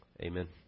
Amen